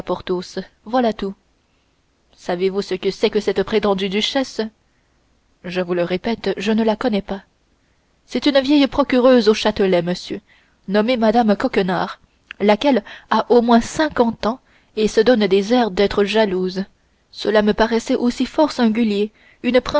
porthos voilà tout savez-vous ce que c'est que cette prétendue duchesse je vous le répète je ne la connais pas c'est une vieille procureuse au châtelet monsieur nommée mme coquenard laquelle a au moins cinquante ans et se donne encore des airs d'être jalouse cela me paraissait aussi fort singulier